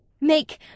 make